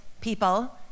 people